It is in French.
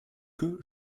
que